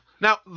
Now